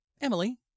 Emily